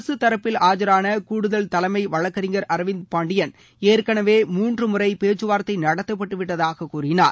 அரசுத்தரப்பில் ஆஜான கூடுதல் தலைளம வழக்கறிஞர் அரவிந்த் பாண்டியள் ஏற்களவே மூன்று முறை பேச்சுவார்த்தை நடத்தப்பட்டு விட்டதாக கூறினார்